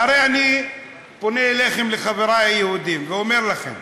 והרי אני פונה אליכם, אל חברי היהודים, ואומר לכם: